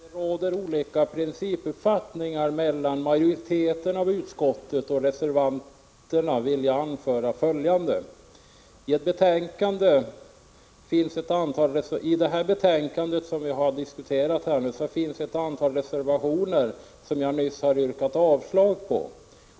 Herr talman! Eftersom det råder olika principuppfattningar mellan utskottsmajoriteten och reservanterna vill jag anföra följande. Till det betänkande som vi nu diskuterar har ett antal reservationer fogats, vilka jag nyss yrkat avslag på.